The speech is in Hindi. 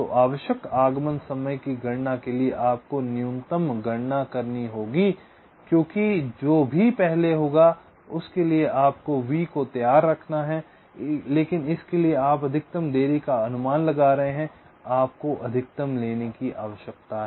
तो आवश्यक आगमन समय की गणना के लिए आपको न्यूनतम गणना करनी होगी क्योंकि जो भी पहले होगा उसके लिए आपको V की त्यार रखना है लेकिन इसके लिए आप अधिकतम देरी का अनुमान लगा रहे हैं आपको अधिकतम लेने की आवश्यकता है